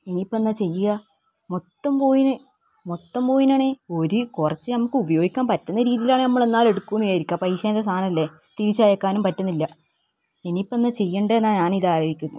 ഇനിയിപ്പോൾ എന്താ ചെയ്യുക മൊത്തം പോയിന് മൊത്തം പോയിനാണേ ഒരു കുറച്ച് ഞമക്ക് ഉപയോഗിക്കാൻ പറ്റുന്ന രീതിയിലാണെങ്കിൽ നമ്മൾ എന്തായാലും എടുക്കുമെന്ന് വിചാരിക്കാം പൈസേൻ്റെ സാധനം അല്ലേ തിരിച്ചയക്കാനും പറ്റുന്നില്ല ഇനിയിപ്പോൾ എന്താ ചെയ്യേണ്ടന്നാണ് ഞാൻ ഇതാലോചിക്കുന്നേ